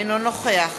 אינו נוכח